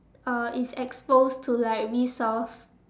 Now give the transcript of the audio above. uh it's exposed to like resource